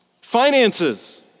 Finances